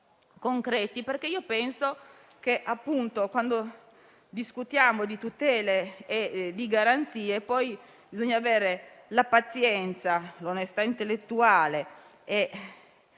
concreti, perché penso che quando discutiamo di tutele e di garanzie bisogna avere la pazienza, l'onestà intellettuale e